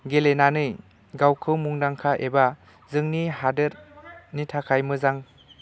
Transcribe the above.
गेलेनानै गावखौ मुंदांखा एबा जोंनि हादोरनि थाखाय मोजां